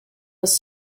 was